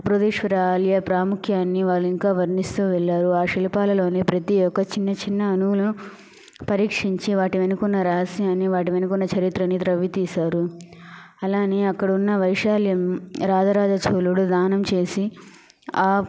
బృహదీశ్వర ఆలయ ప్రాముఖ్యాన్ని వాళ్ళు ఇంకా వర్ణిస్తూ వెళ్ళారు ఆ శిల్పాలలోని ప్రతీ యొక్క చిన్న చిన్న అనువును పరిష్కించి వాటి వెనక ఉన్న రహస్యాన్ని వాటి వెనక ఉన్న చరిత్రను త్రవ్వితీసారు అలానే అక్కడున్న వైశాల్యం రాజరాజ చోళుడు దానం చేసి